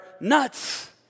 nuts